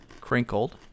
crinkled